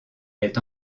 est